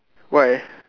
why